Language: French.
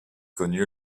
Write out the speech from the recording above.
connu